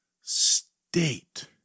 State